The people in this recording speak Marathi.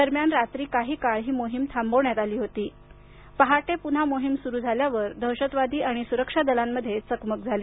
दरम्यान रात्री काही काळ ही मोहीम थांबवण्यात आली होती पहाटे पुन्हा मोहीम सुरू झाल्यावर पुन्हा दहशतवादी आणि सुरक्षा दलामध्ये चकमक झाली